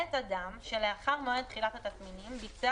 למעט אדם שלאחר מועד תחילת התסמינים ביצע